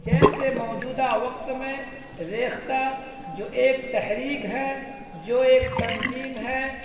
جیسے موجودہ وقت میں ریختہ جو ایک تحریک ہے جو ایک تنظیم ہے